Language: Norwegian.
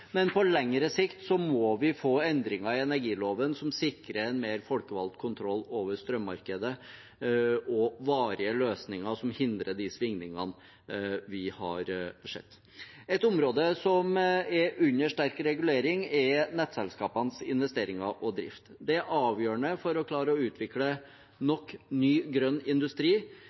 men på lengre sikt må vi få endringer i energiloven som sikrer en mer folkevalgt kontroll over strømmarkedet, og varige løsninger som hindrer de svingningene vi har sett. Et område som er under sterk regulering, er nettselskapenes investeringer og drift. Det er avgjørende for å klare å utvikle nok ny grønn industri